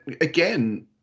again